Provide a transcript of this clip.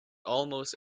almost